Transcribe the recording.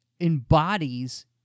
embodies